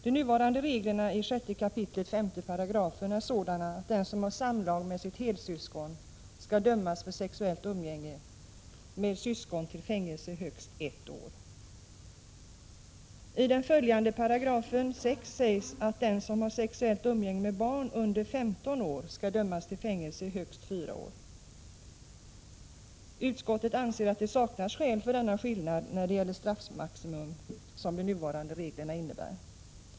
De nuvarande reglerna i 6 kap. 5 § BrB är sådana att den som har samlag med sitt helsyskon skall dömas för sexuellt umgänge med syskon till fängelse i högst ett år. I den följande 6 § sägs att den som har sexuellt umgänge med barn under 15 år skall dömas till fängelse i högst fyra år. Utskottet anser att det saknas skäl för den skillnad när det gäller straffmaximum som de nuvarande reglerna innebär.